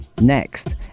next